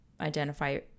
identify